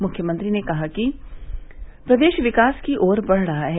मुख्यमंत्री ने कहा कि प्रदेश विकास की ओर बढ़ रहा है